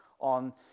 on